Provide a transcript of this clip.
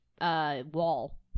wall